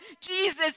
Jesus